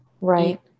Right